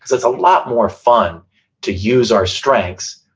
it's it's a lot more fun to use our strengths,